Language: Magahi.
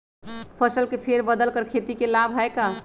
फसल के फेर बदल कर खेती के लाभ है का?